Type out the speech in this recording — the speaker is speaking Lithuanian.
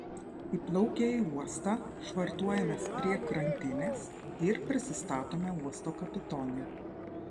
įplaukę į uostą švartuojamės prie krantinės ir prisistatome uosto kapitonui